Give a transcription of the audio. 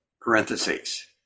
parentheses